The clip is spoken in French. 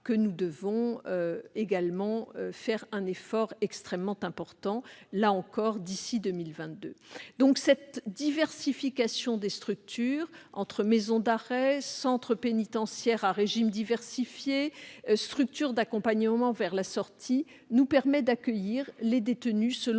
nous devons fournir un effort extrêmement important, là encore d'ici à 2022. Par conséquent, cette diversification des établissements entre maisons d'arrêt, centres pénitentiaires à régimes diversifiés, structures d'accompagnement vers la sortie nous permet d'accueillir les détenus selon